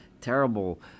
terrible